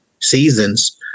seasons